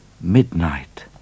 Midnight